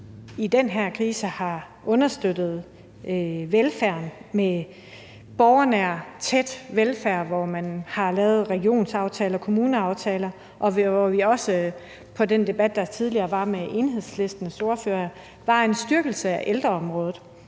I den her krise har vi understøttet velfærden med borgernær, tæt velfærd, hvor man har lavet regionsaftaler og kommuneaftaler, og hvor vi også ifølge den debat, der tidligere var med Enhedslistens ordfører, havde en styrkelse af ældreområdet.